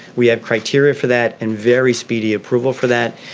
we have criteria for that and very speedy approval for that.